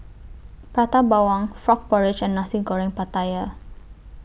Prata Bawang Frog Porridge and Nasi Goreng Pattaya